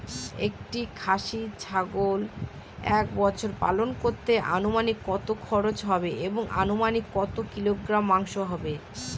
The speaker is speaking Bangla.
একটি খাসি ছাগল এক বছর পালন করতে অনুমানিক কত খরচ হবে এবং অনুমানিক কত কিলোগ্রাম মাংস হবে?